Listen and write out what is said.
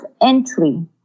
entry